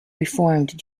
reformed